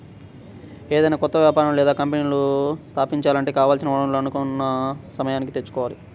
ఏదైనా కొత్త వ్యాపారాలను లేదా కంపెనీలను స్థాపించాలంటే కావాల్సిన వనరులను అనుకున్న సమయానికి తెచ్చుకోవాలి